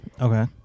Okay